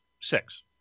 Six